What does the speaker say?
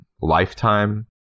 Lifetime